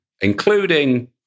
including